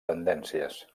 tendències